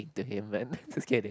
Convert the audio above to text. to him man just kidding